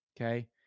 okay